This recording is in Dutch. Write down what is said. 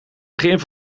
begin